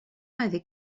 avec